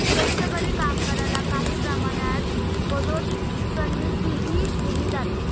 कष्टकरी कामगारला काही प्रमाणात पदोन्नतीही दिली जाते